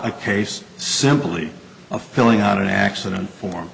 case simply of filling out an accident form